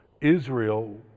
Israel